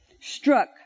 struck